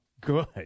good